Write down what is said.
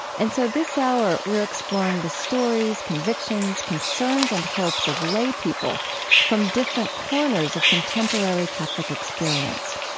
and so this hour, we're exploring the stories, convictions, concerns, and hopes of lay people from different corners of contemporary catholic experience.